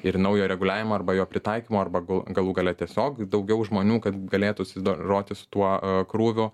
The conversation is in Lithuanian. ir naujo reguliavimo arba jo pritaikymo arba galų gale tiesiog daugiau žmonių kad galėtų susidoroti su tuo krūviu